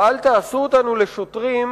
ואל תעשו אותנו לשוטרים,